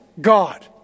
God